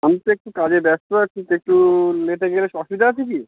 আমি তো একটু কাজে ব্যস্ত আছি তা একটু লেটে গেলে সু অসুবিধা আছে কি